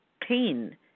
pain